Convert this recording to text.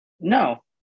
No